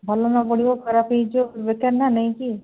ଭଲ ନ ପଡ଼ିବ ଖରାପ ହେଇଯିବ ବେକାର ନା ନେଇକି